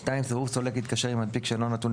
סירוב סולק להתקשר עם מנפיק שאינו נתון,